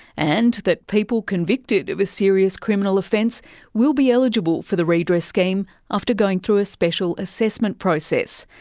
and that people convicted of a serious criminal offence will be eligible for the redress scheme after going through a special assessment process.